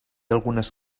algunes